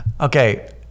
Okay